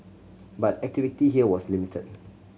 but activity here was limited